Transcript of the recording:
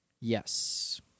Yes